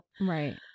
right